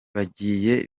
bagiye